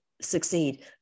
succeed